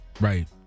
Right